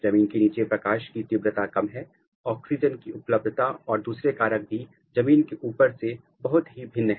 जमीन के नीचे प्रकाश की तीव्रता कम है ऑक्सीजन की उपलब्धता और दूसरे कारक भी जमीन के ऊपर से बहुत ही भिन्न है